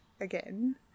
again